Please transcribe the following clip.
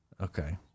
Okay